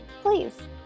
please